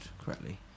correctly